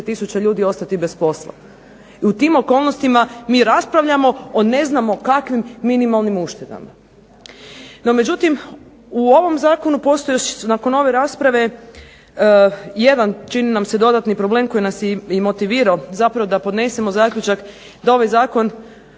30000 ljudi ostati bez posla. I u tim okolnostima mi raspravljamo o ne znamo kakvim minimalnim uštedama. No međutim, u ovom zakonu postoji još nakon ove rasprave jedan čini nam se dodatni problem koji nas je i motivirao zapravo da podnesemo zaključak da ovaj zakon,